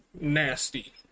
nasty